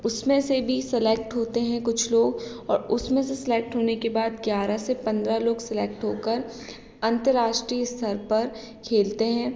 उसमें से भी सेलेक्ट होते हैं कुछ लोग और उसमें से सेलेक्ट होने के बाद ग्यारह से पंद्रह लोग सेलेक्ट होकर अंतरराष्ट्रीय स्तर पर खेलते हैं